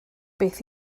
beth